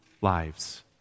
lives